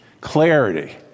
clarity